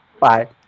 Bye